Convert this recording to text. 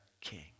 king